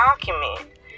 document